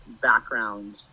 background